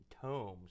tomes